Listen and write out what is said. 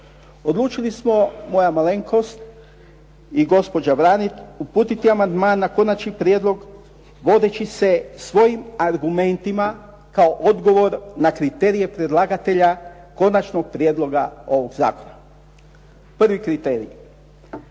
odlučili smo, moja malenkost i gospođa …. uputiti amandman na konačni prijedlog vodeći se svojim argumentima kao odgovor na kriterije predlagatelja konačnog Prijedloga ovog zakona. Prvi kriterij,